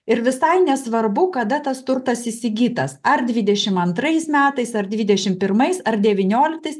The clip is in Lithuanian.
ir visai nesvarbu kada tas turtas įsigytas ar dvidešimt antrais metais ar dvidešimt pirmais ar devynioliktais